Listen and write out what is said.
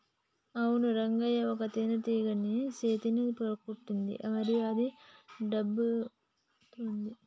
అవును రంగయ్య ఒక తేనేటీగ నా సేతిని కుట్టింది మరియు అది ఉబ్బుతోంది